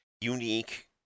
unique